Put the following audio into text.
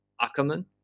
Ackerman